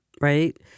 right